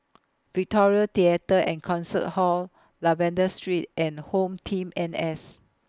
Victoria Theatre and Concert Hall Lavender Street and HomeTeam N S